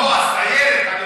לא, הסיירת.